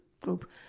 group